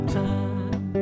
time